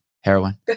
heroin